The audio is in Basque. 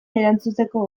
erantzuteko